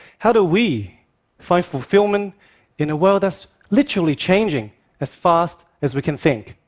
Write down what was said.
how do we find fulfillment in a world that's literally changing as fast as we can think,